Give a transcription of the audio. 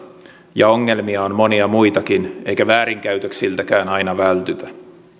ja ongelmia on monia muitakin eikä väärinkäytöksiltäkään aina vältytä